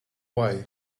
why